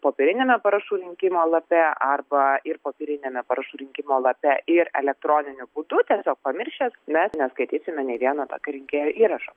popieriniame parašų rinkimo lape arba ir popieriniame parašų rinkimo lape ir elektroniniu būdu tiesiog pamiršęs mes neskaitysime nei vieno tokio rinkėjo įrašo